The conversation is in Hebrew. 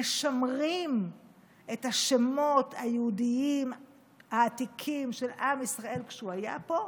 משמרים את השמות היהודיים העתיקים של עם ישראל כשהוא היה פה.